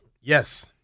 Yes